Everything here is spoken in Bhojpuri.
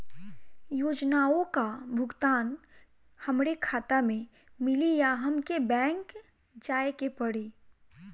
योजनाओ का भुगतान हमरे खाता में मिली या हमके बैंक जाये के पड़ी?